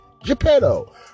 geppetto